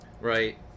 right